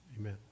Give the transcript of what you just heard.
Amen